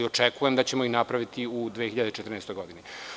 Očekujem da ćemo ih napraviti u 2014. godini.